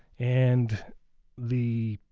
and the